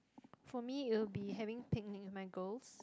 for me it'll be having picnic with my girls